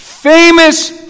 Famous